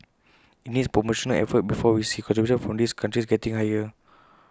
IT needs promotional effort before we see contributions from these countries getting higher